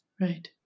Right